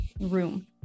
room